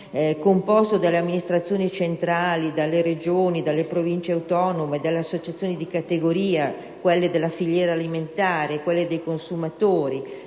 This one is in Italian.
composto dalle amministrazioni centrali, dalle Regioni, dalle Province autonome, dalle associazioni di categoria della filiera alimentare e dei consumatori